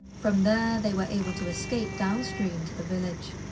from there they were able to escape downstream to the village.